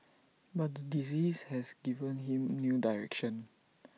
but the disease has given him new direction